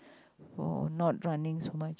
for not running so much